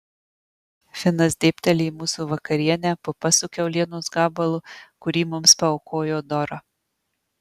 finas dėbteli į mūsų vakarienę pupas su kiaulienos gabalu kurį mums paaukojo dora